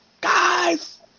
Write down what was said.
guys